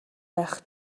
байх